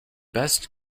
best